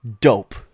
dope